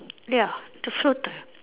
ya the floater